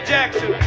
Jackson